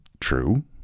True